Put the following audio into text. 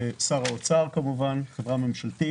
ושר האוצר כמובן, כי זו חברה ממשלתית.